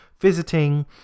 Visiting